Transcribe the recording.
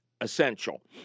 essential